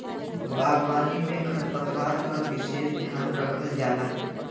बागवानी में खरपतवार क विसेस ध्यान रखल जाला